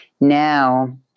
Now